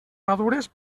madures